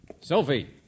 Sophie